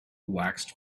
waxed